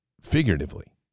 figuratively